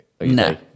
No